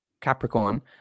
capricorn